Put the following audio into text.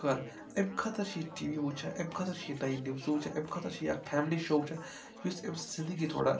شِکار امہِ خٲطرٕ چھِ یہِ ٹی وی وٕچھان امہِ خٲطرٕ چھِ یہِ نیہِ نوزٕ وٕچھان امہِ خٲطرٕ چھِ یہِ اَکھ فیملی شو چھ یُس أمۍ سٕنز زندگی تھوڑا